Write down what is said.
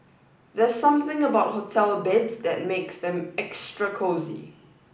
there's something about hotel beds that makes them extra cosy